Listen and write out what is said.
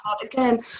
again